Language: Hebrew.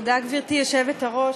גברתי היושבת-ראש,